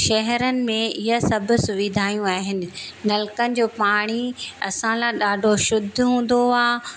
शहरनि में ईअं सभु सुविधाइयूं आहिनि नलकनि जो पाणी असां लाइ ॾाढो शुद्ध हूंदो आहे